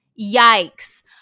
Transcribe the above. Yikes